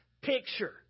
picture